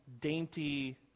dainty